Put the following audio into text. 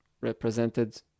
represented